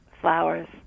flowers